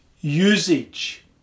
usage